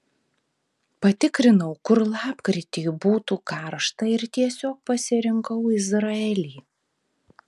patikrinau kur lapkritį būtų karšta ir tiesiog pasirinkau izraelį